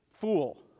fool